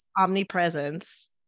Omnipresence